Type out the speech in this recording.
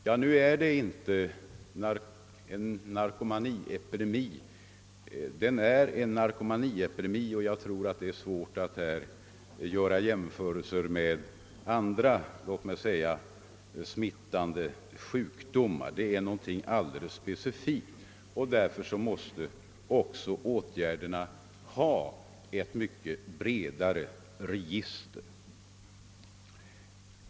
Jag vill då framhålla att det gäller ett narkotikaproblem, och jag anser att det är svårt att göra jämförelser med andra smittsamma sjukdomar. Det är här fråga om någonting alldeles specifikt, och vi måste därför ha ett brett register av olika åtgärder.